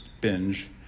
binge